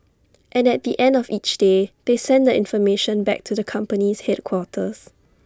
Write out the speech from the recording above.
and at the end of each day they send the information back to the company's headquarters